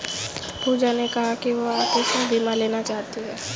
पूजा ने कहा कि वह आकस्मिक बीमा लेना चाहती है